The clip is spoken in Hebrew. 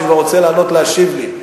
שכבר רוצה לעלות להשיב לנו.